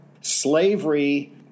Slavery